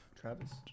Travis